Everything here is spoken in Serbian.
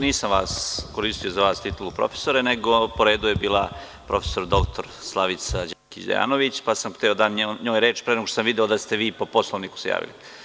Nisam za vas koristio titulu profesore, nego je po redu bila prof. dr Slavica Đukić Dejanović, pa sam hteo da njoj dam reč, pre nego što sam video da ste se vi po Poslovniku javili.